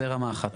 זה רמה אחת.